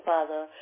Father